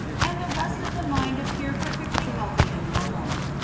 and the rest of the mind appear perfectly healthy and normal.